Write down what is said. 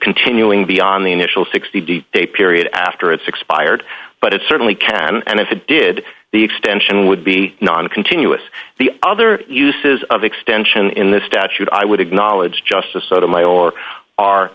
continuing beyond the initial sixty days a period after it's expired but it certainly can and if it did the extension would be non continuous the other uses of extension in the statute i would acknowledge justice sotomayor are